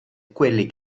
quelli